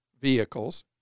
vehicles